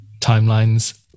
timelines